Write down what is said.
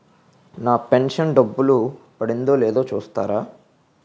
నా pension డబ్బులు పడిందో లేదో చూస్తారా?